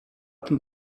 tym